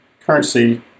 currency